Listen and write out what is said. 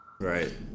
right